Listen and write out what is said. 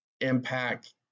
impact